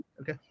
Okay